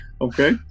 Okay